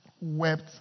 wept